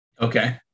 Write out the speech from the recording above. okay